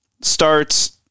starts